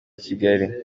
kigali